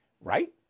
right